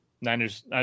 Niners